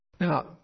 Now